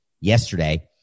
yesterday